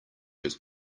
his